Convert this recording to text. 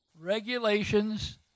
regulations